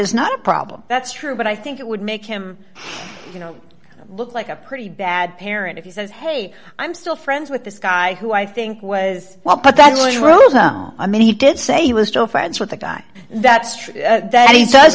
is not a problem that's true but i think it would make him you know look like a pretty bad parent if he says hey i'm still friends with this guy who i think was well but that was really i mean he did say he was still friends with the guy that's true that he does